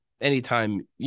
anytime